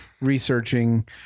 researching